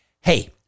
Hey